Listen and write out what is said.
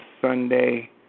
Sunday